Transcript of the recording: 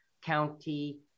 County